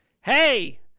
Hey